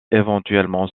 éventuellement